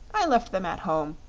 i left them at home,